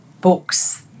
books